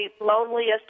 loneliest